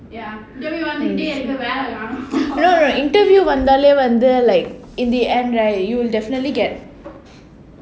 oh no no interview வேல வேணும்:vela venum like in the end right you'll definitely get